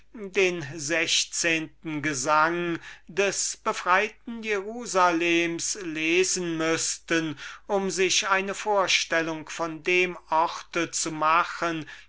den sechszehnten gesang des befreiten jerusalems lesen müßten um sich eine vorstellung von dem orte zu machen